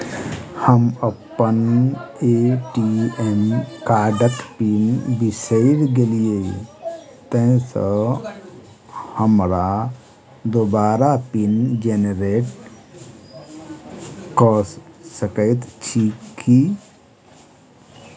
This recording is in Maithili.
हम अप्पन ए.टी.एम कार्डक पिन बिसैर गेलियै तऽ हमरा दोबारा पिन जेनरेट कऽ सकैत छी की?